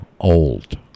Old